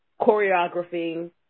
choreographing